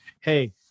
hey